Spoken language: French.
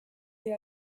est